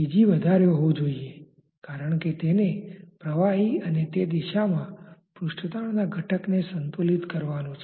Pg વધારે હોવુ જોઇએ કારણ કે તેને પ્રવાહી અને તે દિશામાં પૃષ્ઠતાણના ઘટકને સંતુલિત કરવાનુ છે